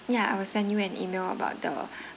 yeah I will send you an email about the